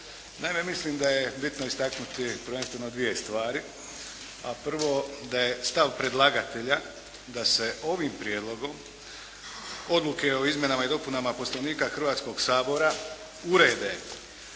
Naime mislim da je bitno istaknuti prvenstveno dvije stvari, a prvo da je stav predlagatelja da se ovim Prijedlogom odluke o izmjenama i dopunama Poslovnika Hrvatskoga sabora urede